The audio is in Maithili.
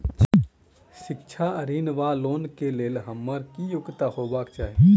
शिक्षा ऋण वा लोन केँ लेल हम्मर की योग्यता हेबाक चाहि?